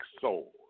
Soul